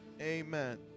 Amen